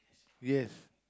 yes